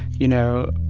you know,